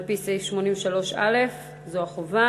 על-פי סעיף 83(א), זו החובה,